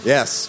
Yes